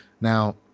now